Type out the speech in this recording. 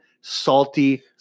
salty